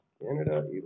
Canada